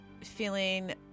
feeling